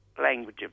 language